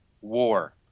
War